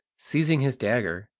seizing his dagger,